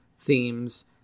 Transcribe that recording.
themes